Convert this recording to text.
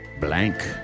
blank